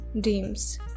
dreams